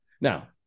Now